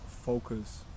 focus